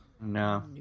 No